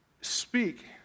speak